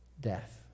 Death